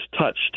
touched